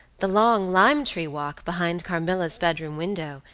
the long lime tree walk, behind carmilla's bedroom window,